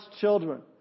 children